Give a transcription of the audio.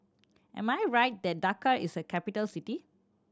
am I right that Dakar is a capital city